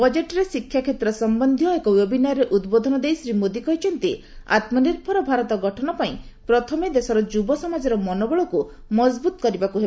ବଜେଟରେ ଶିକ୍ଷାକ୍ଷେତ୍ର ସମ୍ପନ୍ଧୀୟ ଏକ ୱେବ୍ନାରରେ ଉଦ୍ବୋଧନ ଦେଇ ଶ୍ରୀ ମୋଦୀ କହିଛନ୍ତି ଆତ୍ମନିର୍ଭର ଭାରତର ଗଠନ ପାଇଁ ପ୍ରଥମେ ଦେଶର ଯୁବସମାଜର ମନୋବଳକୁ ମଜବୁତ କରିବାକୁ ହେବ